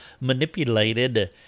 manipulated